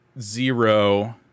zero